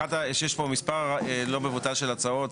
יש פה מספר לא מבוטל של הצעות